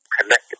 connected